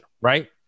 Right